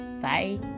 bye